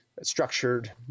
structured